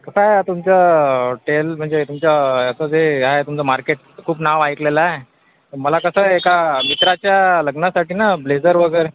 कसं आहे तुमचं टेल म्हणजे तुमचं याचं जे आहे तुमचं मार्केट खूप नाव ऐकलेलं आहे मला कसं एका मित्राच्या लग्नासाठी ना ब्लेझर वगैरे